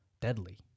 deadly